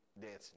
dancing